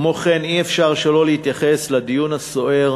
כמו כן אי-אפשר שלא להתייחס לדיון הסוער